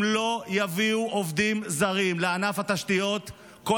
אם לא יביאו עובדים זרים לענף התשתיות כל